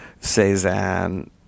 Cezanne